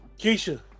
Keisha